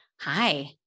Hi